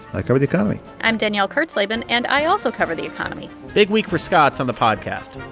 i cover the economy i'm danielle kurtzleben. and i also cover the economy big week for scotts on the podcast